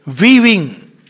weaving